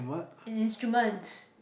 an instruments